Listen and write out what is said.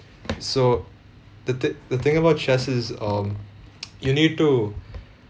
so the thi~ the thing about chess is um you need to